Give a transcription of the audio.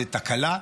זאת תקלה,